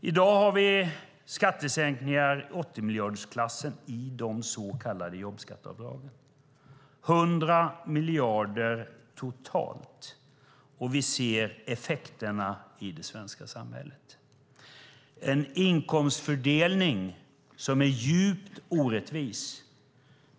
I dag har vi skattesänkningar i 80-miljardersklassen i och med de så kallade jobbskatteavdragen - totalt 100 miljarder. Vi ser effekterna i det svenska samhället. Vi ser en inkomstfördelning som är djupt orättvis.